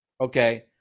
Okay